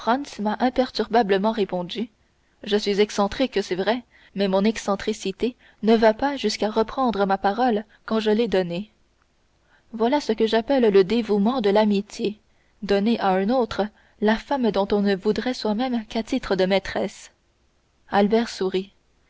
m'a imperturbablement répondu je suis excentrique c'est vrai mais mon excentricité ne va pas jusqu'à reprendre ma parole quand je l'ai donnée voilà ce que j'appelle le dévouement de l'amitié donner à un autre la femme dont on ne voudrait soi-même qu'à titre de maîtresse albert sourit